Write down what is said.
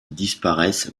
disparaissent